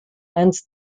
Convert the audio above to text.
and